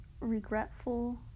regretful